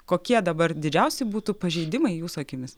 kokie dabar didžiausi būtų pažeidimai jūsų akimis